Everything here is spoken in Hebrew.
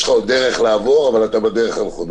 יש לך עוד דרך לעבור, אבל אתה בדרך הנכונה.